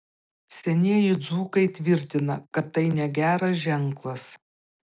senieji dzūkai tvirtina kad tai negeras ženklas